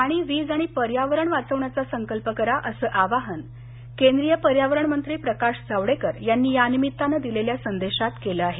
पाणी वीज आणि पर्यावरण वाचवण्याचा संकल्प करा असं आवाहन केंद्रीय पर्यावरण मंत्री प्रकाश जावडेकर यांनी या निमित्तानं दिलेल्या संदेशात म्हटलं आहे